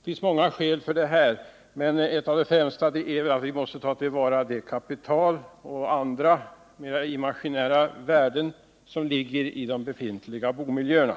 Det finns många skäl härtill, men ett av de främsta är att vi är tvungna att ta till vara det kapital och andra mera imaginära värden som ligger i de befintliga boendemiljöerna.